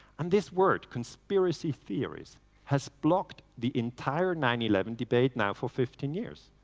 and this word conspiracy theories has blocked the entire nine eleven debate now for fifteen years.